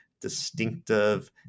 distinctive